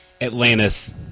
Atlantis